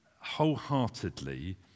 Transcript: wholeheartedly